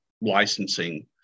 licensing